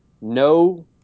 no